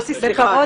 יוסי, סליחה.